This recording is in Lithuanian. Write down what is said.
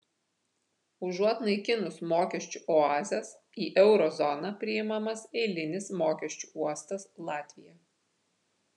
užuot naikinus mokesčių oazes į euro zoną priimamas eilinis mokesčių uostas latvija